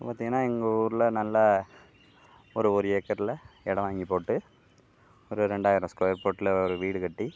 பார்த்தீங்கன்னா எங்கள் ஊரில் நல்ல ஒரு ஒரு ஏக்கரில் இடம் வாங்கி போட்டு ஒரு ரெண்டாயிரம் ஸ்குயர் ஃபுட்டில் ஒரு வீடு கட்டி